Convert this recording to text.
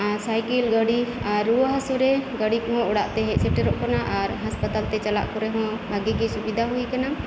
cycle ᱜᱟᱹᱰᱤ ᱟᱨ ᱨᱩᱣᱟᱹ ᱦᱟᱥᱩᱨᱮ ᱜᱟᱹᱰᱤ ᱠᱚᱦᱚᱸ ᱚᱲᱟᱜ ᱛᱮ ᱦᱮᱡ ᱥᱮᱴᱮᱨᱚᱜ ᱠᱟᱱᱟ ᱟᱨ ᱦᱟᱸᱥᱯᱟᱛᱟᱞ ᱛᱮ ᱪᱟᱞᱟᱜ ᱠᱚᱨᱮᱦᱚᱸ ᱵᱷᱟᱜᱤ ᱜᱤ ᱥᱩᱵᱤᱫᱷᱟ ᱦᱩᱭ ᱟᱠᱟᱱᱟ